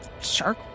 shark